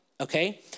okay